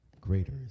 Greater